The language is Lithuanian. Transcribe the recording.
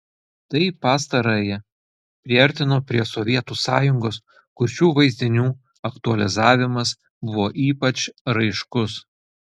tai pastarąją priartino prie sovietų sąjungos kur šių vaizdinių aktualizavimas buvo ypač raiškus